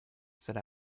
said